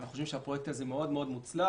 אנחנו חושבים שהפרויקט הזה מאוד מאוד מוצלח